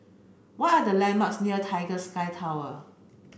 why are the landmarks near Tiger Sky Tower